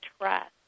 trust